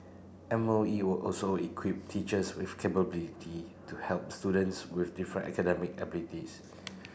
M O E will also equip teachers with capability to help students with different academic abilities